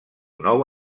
nou